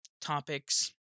topics